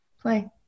Play